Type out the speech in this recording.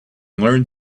learn